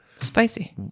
Spicy